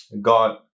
God